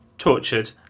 tortured